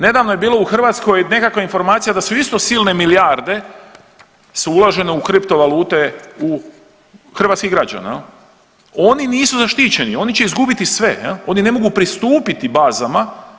Nedavno je bilo u Hrvatskoj nekakva informacija da su isto silne milijarde su uložene u kripto valute u hrvatskih građana, oni nisu zaštićeni, oni će izgubiti sve, oni ne mogu pristupiti bazama.